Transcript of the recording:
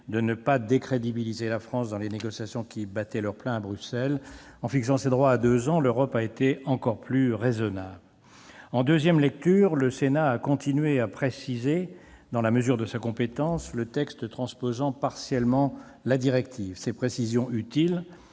de ne pas décrédibiliser la France dans les négociations qui battaient leur plein à Bruxelles. En fixant ce laps de temps à deux ans, l'Europe a été encore plus raisonnable. En deuxième lecture, le Sénat a continué à préciser, dans la mesure de sa compétence, le texte transposant partiellement la directive. Ces précisions, utiles,